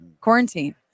quarantine